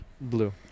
Blue